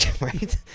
Right